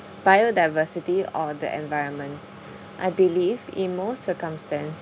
biodiversity or the environment I believe in most circumstances